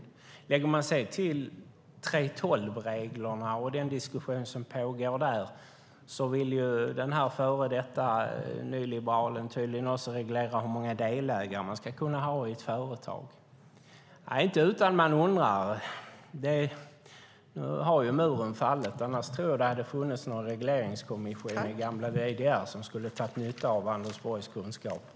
Lägger man sedan till 3:12-reglerna och den diskussion som pågår där vill den före detta nyliberalen tydligen också reglera hur många delägare det ska kunna vara i ett företag. Det är inte utan att man undrar. Nu har ju muren fallit. Annars tror jag att det hade funnits någon regleringskommission i gamla DDR som skulle ha dragit nytta av Anders Borgs kunskaper.